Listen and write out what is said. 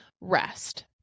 rest